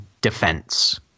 defense